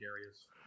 areas